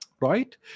right